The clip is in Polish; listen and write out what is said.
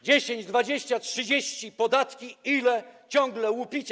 10, 20, 30, podatki, ile, ciągle łupicie.